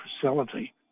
facility